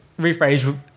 Rephrase